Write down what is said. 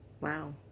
Wow